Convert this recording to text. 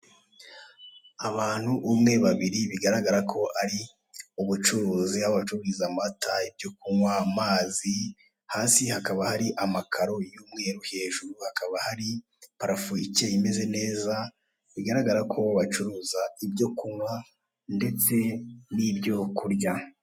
Abantu, umwe, bairi, bigaragara ko ari ubucuruzi aho bacururiza amata, ibyo kunywa, amazi, hasi hakaba hari amakaro y'umweru, hejuru hakaba hari parafo ikeye imeze neza, bigaragara ko bacuruza ibyo kunywa ndetse n'ibyo kurya.